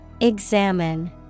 Examine